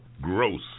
Gross